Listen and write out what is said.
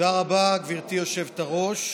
תודה רבה, גברתי היושבת-ראש.